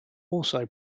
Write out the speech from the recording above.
also